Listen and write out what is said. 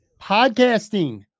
podcasting